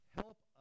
help